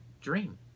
dream